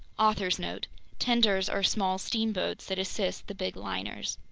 author's note tenders are small steamboats that assist the big liners.